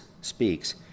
speaks